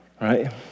right